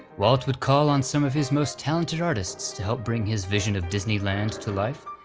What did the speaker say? walt would call on some of his most talented artists to help bring his vision of disneyland to life.